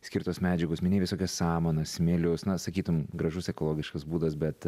skirtos medžiagos minėjai visokias samanas smėlius na sakytum gražus ekologiškas būdas bet